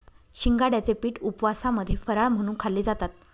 शिंगाड्याचे पीठ उपवासामध्ये फराळ म्हणून खाल्ले जातात